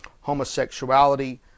homosexuality